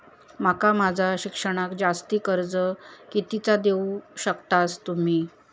माका माझा शिक्षणाक जास्ती कर्ज कितीचा देऊ शकतास तुम्ही?